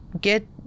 get